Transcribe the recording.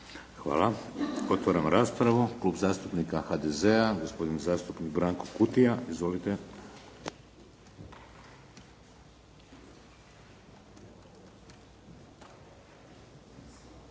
Hvala. Otvaram raspravu. Klub zastupnika HDZ-a, gospodin zastupnik Branko Kutija. Izvolite.